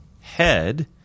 head